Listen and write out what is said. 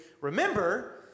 Remember